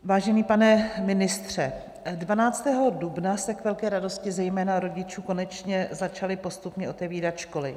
Vážený pane ministře, 12. dubna se k velké radosti zejména rodičů konečně začaly postupně otevírat školy.